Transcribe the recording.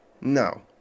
No